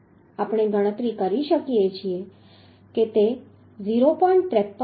આપણે ગણતરી કરી શકીએ કે 0